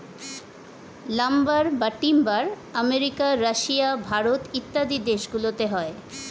lumber বা timber America, Russia, Bharat ইত্যাদি দেশ গুলোতে হয়